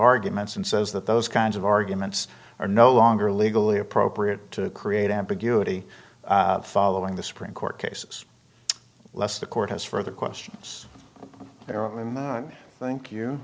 arguments and says that those kinds of arguments are no longer legally appropriate to create ambiguity following the supreme court cases less the court has further questions thank you